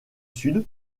sud